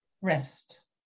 rest